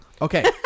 Okay